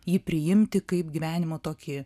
jį priimti kaip gyvenimo tokį